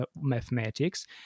mathematics